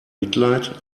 mitleid